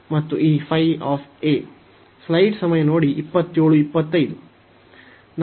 ಆದ್ದರಿಂದ ಇದು 2 ರಿಂದ ದಂತೆ ಇರುತ್ತದೆ ಮತ್ತು ಈ